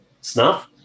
snuff